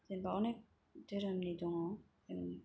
जेनबा अनेक धोरोमनि दङ जों